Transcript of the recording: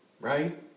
Right